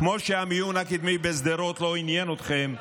כמו שהמיון הקדמי בשדרות לא עניין אתכם,